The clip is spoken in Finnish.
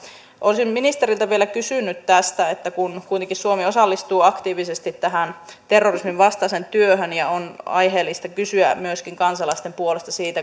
olisin ministeriltä vielä kysynyt tästä kun kuitenkin suomi osallistuu aktiivisesti terrorismin vastaiseen työhön ja on aiheellista kysyä myöskin kansalaisten puolesta